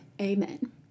Amen